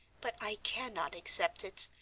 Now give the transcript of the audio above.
but i cannot accept it,